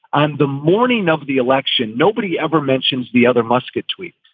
on the morning of the election, nobody ever mentions the other musket tweets.